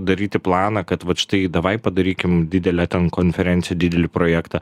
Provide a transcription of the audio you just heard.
daryti planą kad vat štai davai padarykim didelę ten konferencijų didelį projektą